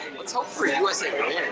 let's hope for a usa win.